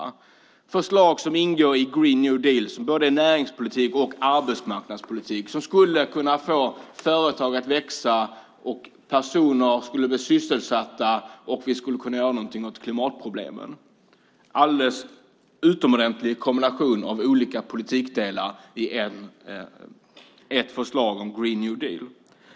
Det är förslag som ingår i Green New Deal och som både är näringspolitik och arbetsmarknadspolitik. Det skulle få företag att växa, personer skulle bli sysselsatta och vi skulle kunna göra något åt klimatproblemen. Det är en alldeles utomordentlig kombination av olika politikområden i ett förslag om Green New Deal.